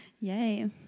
Yay